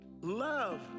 Love